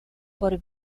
por